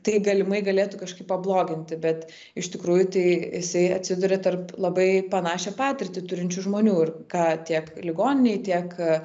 tai galimai galėtų kažkaip pabloginti bet iš tikrųjų tai jisai atsiduria tarp labai panašią patirtį turinčių žmonių ir ką tiek ligoninėj tiek